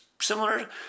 similar